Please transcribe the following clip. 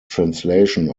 translation